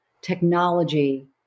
technology